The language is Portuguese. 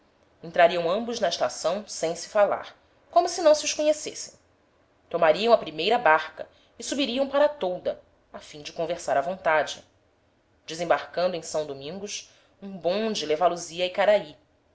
entrariam ambos na estação sem se falar como se não se os conhecessem tomariam a primeira barca e subiriam para a tolda a fim de conversar à vontade desembarcando em são domingos um bonde levá los ia a icaraí na